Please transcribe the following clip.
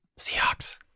Seahawks